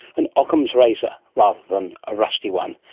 an ockham's razor, rather than a rusty one,